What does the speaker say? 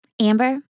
Amber